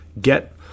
get